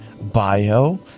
Bio